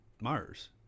Mars